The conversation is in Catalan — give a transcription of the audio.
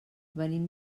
venim